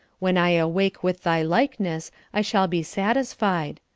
when i awake with thy likeness i shall be satisfied.